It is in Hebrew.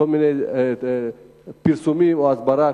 כל מיני פרסומים או הסברה,